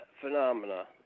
phenomena